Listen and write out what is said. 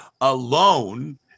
alone